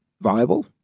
viable